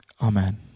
Amen